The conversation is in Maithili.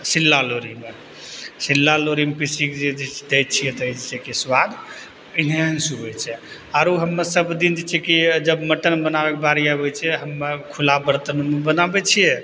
सिल्ला लोढ़हीमे सिल्ला लोढ़हीमे पिसिके जे छै दै छियै तै से कि सुआद इन्हेन्स होइ छै आरो हमे सब दिन जे छै कि जब मटन बनाबैके बारि अबै छै हमे खुला बर्तनमे बनाबै छियै